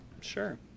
sure